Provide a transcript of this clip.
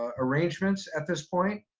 ah arrangements at this point,